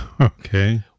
Okay